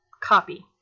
copy